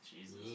Jesus